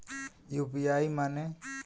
UPI माने?